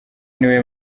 niwe